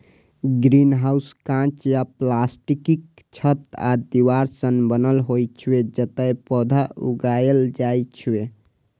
greenhouse कांच या प्लास्टिकक छत आ दीवार सं बनल होइ छै, जतय पौधा उगायल जाइ छै